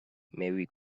merry